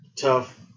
tough